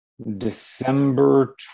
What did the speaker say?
December